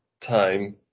time